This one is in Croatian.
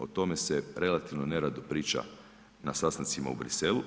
O tome se relativno nerado priča na sastancima u Briselu.